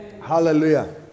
Hallelujah